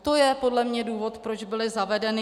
To je podle mě důvod, proč byly zavedeny.